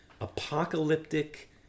apocalyptic